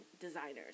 designers